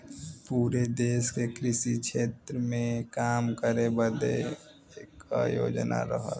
पुरे देस के कृषि क्षेत्र मे काम करे बदे क योजना रहल